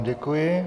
Děkuji.